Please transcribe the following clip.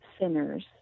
sinners